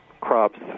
crops